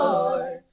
Lord